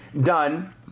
done